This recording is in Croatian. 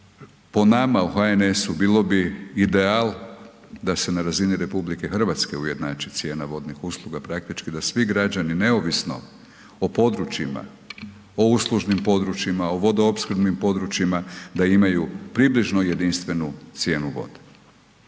po nama u HNS-u bilo bi ideal da se na razini RH ujednači cijena vodnih usluga, praktički da svi građani neovisno o područjima, o uslužnim područjima, o vodoopskrbnim područjima, da imaju približno jedinstvenu cijenu vode.